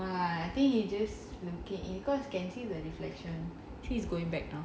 no lah I think he just looking in because you can see the reflection see he's going back down